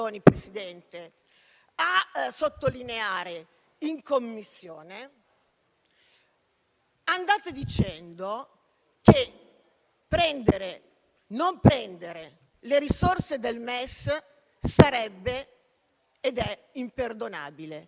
dicendo che non prendere le risorse del MES sarebbe ed è imperdonabile, ma nel piano nazionale di riforma, laddove quantificate il fabbisogno di interventi in 32 miliardi,